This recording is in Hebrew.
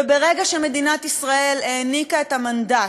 וברגע שמדינת ישראל העניקה את המנדט,